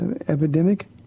epidemic